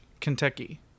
Kentucky